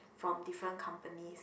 from different companies